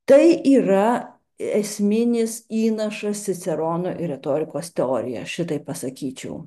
tai yra esminis įnašas cicerono į retorikos teoriją šitaip pasakyčiau